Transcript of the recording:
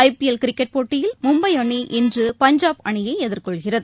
ஐ PL cricket போட்டியில் மும்பைஅணி இன்று பஞ்சாப் அணியைஎதிர்கொள்கிறது